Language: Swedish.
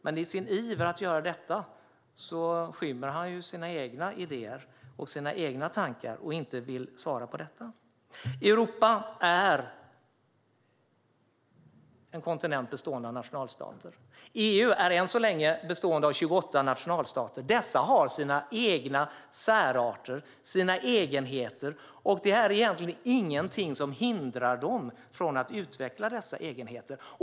Men i sin iver att göra detta skymmer Josef Fransson sina egna idéer och sina egna tankar och vill inte ge svar. Europa är en kontinent bestående av nationalstater. EU består än så länge av 28 nationalstater, som har sina egna särarter och egenheter. Det är egentligen ingenting som hindrar dem från att utveckla dessa egenheter.